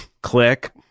Click